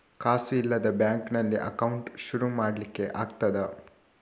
ಕಾಸು ಇಲ್ಲದ ಬ್ಯಾಂಕ್ ನಲ್ಲಿ ಅಕೌಂಟ್ ಶುರು ಮಾಡ್ಲಿಕ್ಕೆ ಆಗ್ತದಾ?